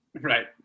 Right